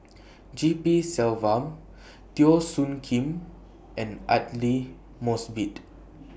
G P Selvam Teo Soon Kim and Aidli Mosbit